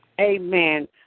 Amen